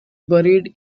buried